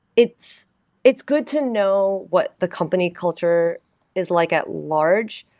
it's it's good to know what the company culture is like at large,